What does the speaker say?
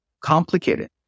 complicated